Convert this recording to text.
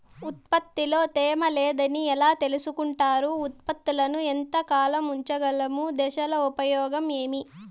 ఉత్పత్తి లో తేమ లేదని ఎలా తెలుసుకొంటారు ఉత్పత్తులను ఎంత కాలము ఉంచగలము దశలు ఉపయోగం ఏమి?